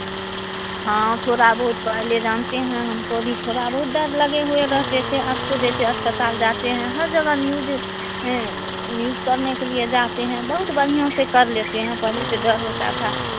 हाँ थोड़ा बहुत पहले जानती हैं हमको भी थोड़ा बहुत डर लगे हुए रहते थे अब तो जैसे अस्पताल जाते हैं हर जगह न्यूज़ न्यूज़ करने के लिए जाते हैं बहुत बढ़ियाँ से कर लेते हैं पहले तो डर होता था